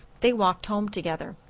they walked home together.